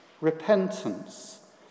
Repentance